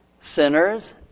sinners